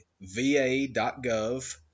va.gov